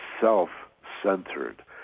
self-centered